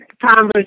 conversation